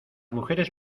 mujeres